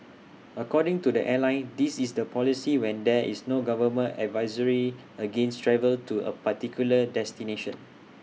according to the airline this is the policy when there is no government advisory against travel to A particular destination